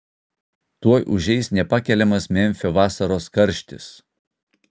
tuoj užeis nepakeliamas memfio vasaros karštis